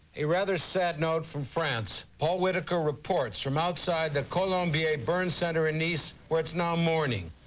a rather sad note from france. paul whitaker reports from outside the colombier burn center in nice where it's now morning.